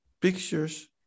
pictures